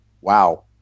Wow